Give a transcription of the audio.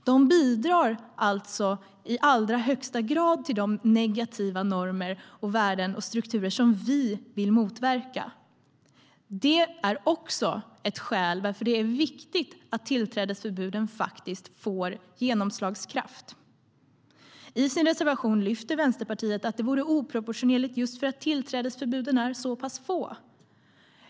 De bidrar alltså i allra högsta grad till de negativa normer, värden och strukturer som vi vill motverka. Det är också ett skäl till att det är viktigt att tillträdesförbuden får genomslagskraft. I sin reservation lyfter Vänsterpartiet fram att det vore oproportionerligt just för att tillträdesförbuden är så pass få.